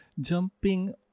jumping